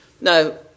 Now